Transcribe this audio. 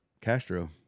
Castro